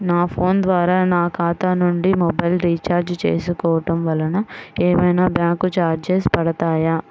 నా ఫోన్ ద్వారా నా ఖాతా నుండి మొబైల్ రీఛార్జ్ చేసుకోవటం వలన ఏమైనా బ్యాంకు చార్జెస్ పడతాయా?